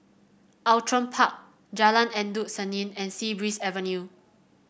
Outram Park Jalan Endut Senin and Sea Breeze Avenue